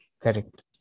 correct